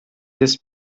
this